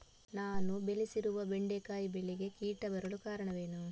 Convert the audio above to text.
ನಾನು ಬೆಳೆಸಿರುವ ಬೆಂಡೆಕಾಯಿ ಬೆಳೆಗೆ ಕೀಟ ಬರಲು ಕಾರಣವೇನು?